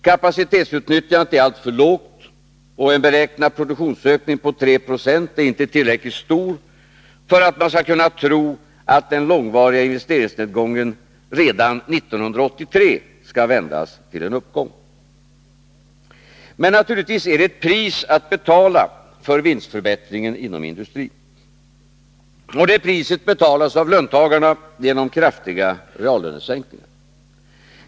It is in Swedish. Kapacitetsutnyttjandet är alltför lågt och en beräknad produktionsökning på 3 2 är inte tillräckligt stor för att man skall kunna tro att den långvariga investeringsnedgången redan 1983 skall vändas till en uppgång. Naturligtvis är det ett pris att betala för vinstförbättringen inom industrin. Och det priset betalas av löntagarna genom kraftiga reallönesänkningar.